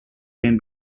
can